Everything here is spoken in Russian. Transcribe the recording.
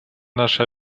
наше